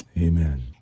Amen